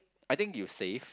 I think you save